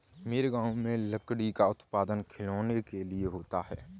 मेरे गांव में लकड़ी का उत्पादन खिलौनों के लिए होता है